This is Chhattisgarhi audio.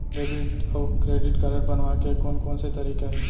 डेबिट अऊ क्रेडिट कारड बनवाए के कोन कोन से तरीका हे?